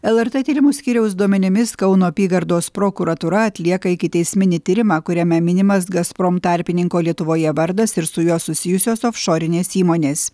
lrt tyrimų skyriaus duomenimis kauno apygardos prokuratūra atlieka ikiteisminį tyrimą kuriame minimas gazprom tarpininko lietuvoje vardas ir su juo susijusios ofšorinės įmonės